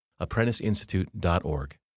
ApprenticeInstitute.org